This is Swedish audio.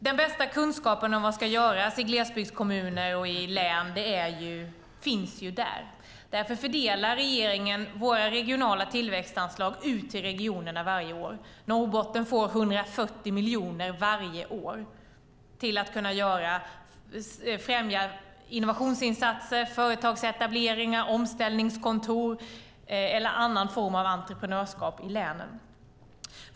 Den bästa kunskapen om vad som ska göras i glesbygdskommuner och i län finns där, på plats. Därför fördelar regeringen regionala tillväxtanslag ut till regionerna varje år. Norrbotten får 140 miljoner varje år till att främja innovationsinsatser, företagsetableringar, omställningskontor och annan form av entreprenörskap i länen.